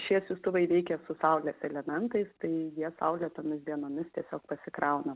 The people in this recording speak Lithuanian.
šie siųstuvai veikia su saulės elementais tai jie saulėtomis dienomis tiesiog pasikrauna